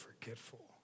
forgetful